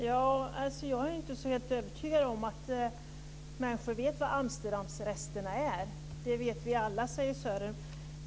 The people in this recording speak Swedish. Herr talman! Jag är inte så helt övertygad om att människor vet vad Amsterdamresterna är. Det vet vi alla, säger Sören Lekberg.